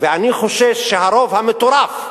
אני חושש שהרוב המטורף,